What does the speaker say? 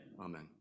amen